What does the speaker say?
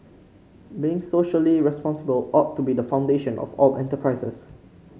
being socially responsible ought to be the foundation of all enterprises